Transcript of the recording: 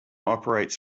operates